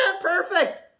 perfect